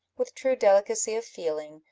with true delicacy of feeling,